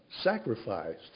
sacrificed